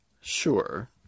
sure